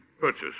Purchase